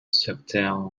certain